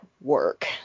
work